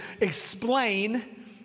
explain